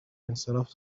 انصراف